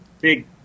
big